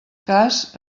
cas